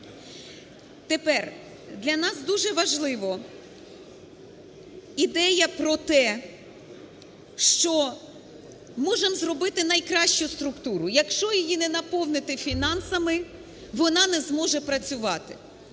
Тепер для нас дуже важливо, ідея про те, що можемо зробити найкращу структуру, якщо її не наповнити фінансами, вона не зможе працювати.